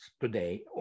today